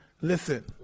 Listen